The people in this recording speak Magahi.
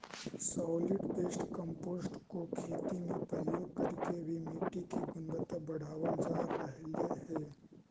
सॉलिड वेस्ट कंपोस्ट को खेती में प्रयोग करके भी मिट्टी की गुणवत्ता बढ़ावाल जा रहलइ हे